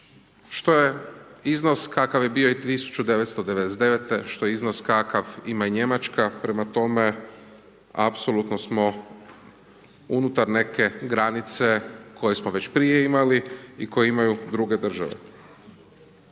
što je iznos kakav je bio i 1999.-te, što je iznos kakav ima i Njemačka, prema tome, apsolutno smo unutar neke granice koju smo već prije imali i koje imaju druge države.